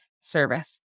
service